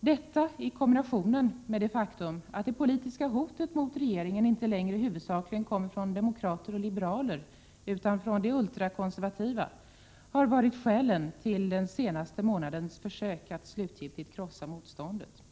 Detta i kombination med det faktum att det politiska hotet mot regeringen inte längre huvudsakligen kommer från demokrater och liberaler utan från de ultrakonservativa har varit skälen till den senaste månadens försök att slutgiltigt krossa motståndet.